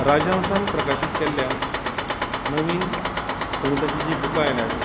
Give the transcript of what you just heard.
राजहंसान प्रकाशीत केल्ल्या नवीन गणिताचीं जीं बुकां आयल्यांत